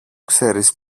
ξέρεις